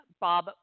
Bob